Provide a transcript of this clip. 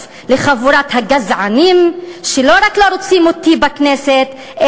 לחבורת הגזענים שלא רק לא רוצים אותי בכנסת,